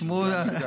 ישמעו.